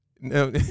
No